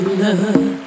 love